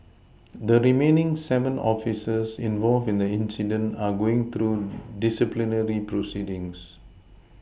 the remaining seven officers involved in the incident are going through disciplinary proceedings